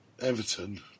Everton